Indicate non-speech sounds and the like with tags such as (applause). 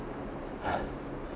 (breath)